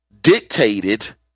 dictated